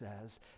says